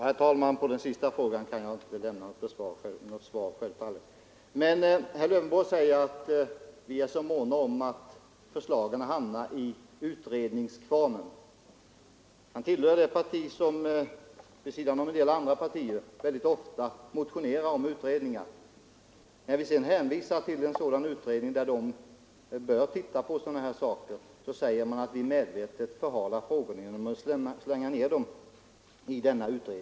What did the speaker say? Herr talman! På den sista frågan kan jag självfallet inte lämna något svar. Herr Lövenborg säger dock att vi är så måna om att förslagen hamnar i utredningskvarnen. Han tillhör ett parti som liksom en del andra partier ofta motionerar om utredningar. När vi sedan hänvisar till en utredning som bör titta på sådana här saker, säger han att vi medvetet förhalar frågan genom att slänga ner den i utredningskvarnen.